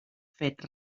fet